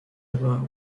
była